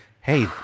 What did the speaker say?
Hey